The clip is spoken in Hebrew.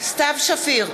סתיו שפיר,